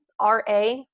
RA